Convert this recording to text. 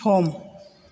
सम